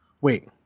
wait